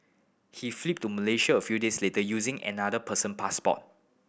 he fled to Malaysia a few days later using another person passport